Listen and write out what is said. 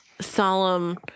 solemn